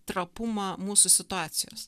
trapumą mūsų situacijos